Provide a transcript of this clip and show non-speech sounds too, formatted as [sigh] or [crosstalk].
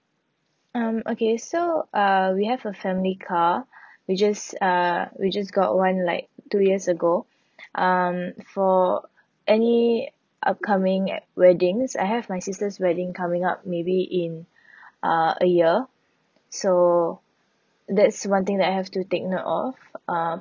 um okay so uh we have a family car [breath] we just uh we just got one like two years ago [breath] um for any upcoming weddings I have my sister's wedding coming up maybe in [breath] uh a year so that's one thing that I have to take note of um